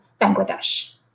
Bangladesh